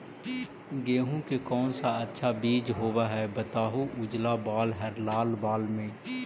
गेहूं के कौन सा अच्छा बीज होव है बताहू, उजला बाल हरलाल बाल में?